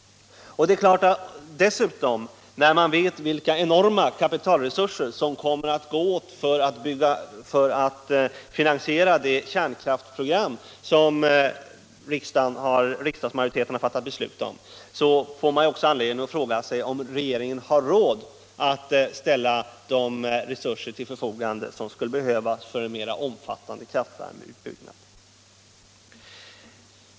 När man dessutom vet vilka enorma kapitalresurser som kommer att gå åt för att finansiera det kärnkraftsprogram som riksdagsmajoriteten har fattat beslut om får man också anledning att fråga sig om regeringen har råd att ställa de resurser till förfogande som skulle behövas med en mer omfattande kraftvärmeutbyggnad.